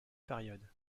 périodes